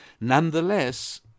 nonetheless